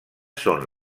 són